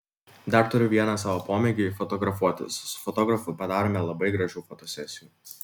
dar turiu vieną savo pomėgį fotografuotis su fotografu padarome labai gražių fotosesijų